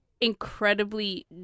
incredibly